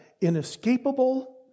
inescapable